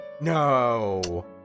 No